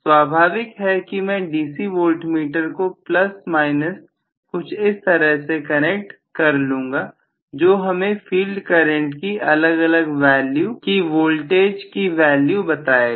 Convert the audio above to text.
स्वाभाविक है कि मैं डीसी वोल्ट मीटर को प्लस माइनस कुछ इस तरह से कनेक्ट कर लूंगा जो हमें फील्ड करंट की अलग अलग वैल्यू स्वर वोल्टेज की वैल्यू बताएगा